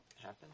happen